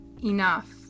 enough